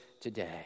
today